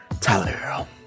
Tyler